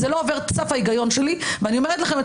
זה לא עובר את סף ההיגיון שלי ואני אומרת לכם את